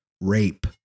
rape